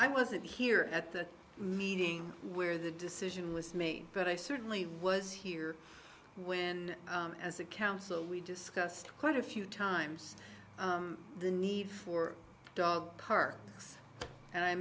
i wasn't here at the meeting where the decision was made but i certainly was here when as a council we discussed quite a few times the need for dog parks and i